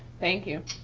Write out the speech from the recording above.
thank you.